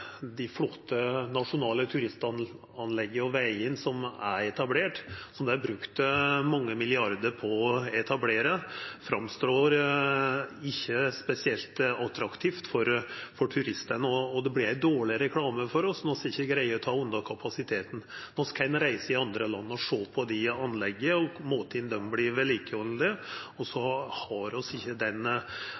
Dei flotte nasjonale turistanlegga og vegane som er etablerte, og som det er brukt mange milliardar på å etablera, framstår ikkje spesielt attraktive for turistane, og det vert dårleg reklame for oss når vi ikkje greier å ha nok kapasitet. Vi kan reisa i andre land og sjå på dei anlegga og måten dei vert haldne ved like på. Vi har